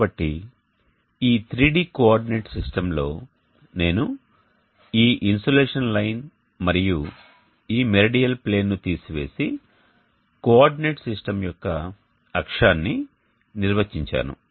కాబట్టి ఈ 3D coordinate సిస్టమ్లో నేను ఈ ఇన్సోలేషన్ లైన్ మరియు ఈ మెరిడియల్ ప్లేన్ను తీసివేసి కోఆర్డినేట్ సిస్టమ్ యొక్క అక్షాన్ని నిర్వచించాను